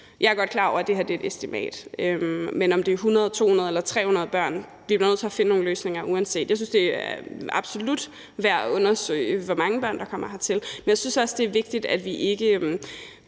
Jeg er godt klar over, at det her er et estimat, men om det er 100, 200 eller 300 børn, bliver vi nødt til at finde nogle løsninger, uanset hvad. Jeg synes, det absolut er værd at undersøge, hvor mange børn, der kommer hertil, men jeg synes også, det er vigtigt, at vi ikke